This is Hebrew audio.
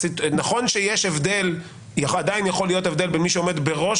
נכון שעדיין יכול להיות הבדל בין מי שעומד בראש